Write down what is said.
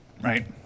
Right